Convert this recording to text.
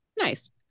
Nice